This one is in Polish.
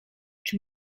czy